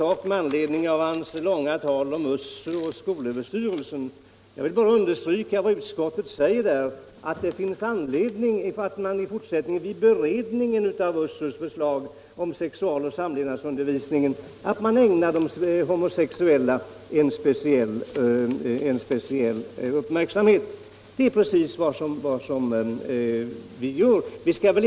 Herr Svensson talade om USSU och skolöverstyrelsen. Jag vill bara understryka att vi i utskottet har sagt att det finns anledning att vid den fortsatta beredningen av USSU:s förslag om sexualoch samlevnadsundervisningen ägna de homosexuella speciell uppmärksamhet. Det är precis vad vi vill göra.